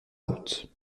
route